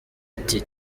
ati